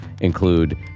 include